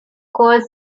calls